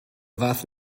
fath